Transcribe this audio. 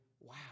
wow